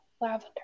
lavender